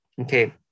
okay